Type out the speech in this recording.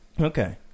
Okay